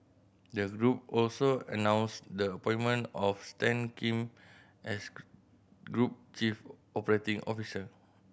the group also announced the appointment of Stan Kim as group chief operating officer